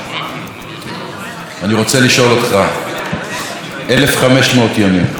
אני רוצה לשאול אותך: 1,500 ימים,